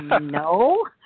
No